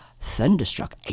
Thunderstruck